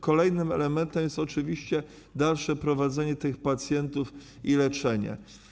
Kolejnym elementem jest oczywiście dalsze prowadzenie tych pacjentów i leczenie.